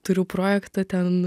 turiu projektą ten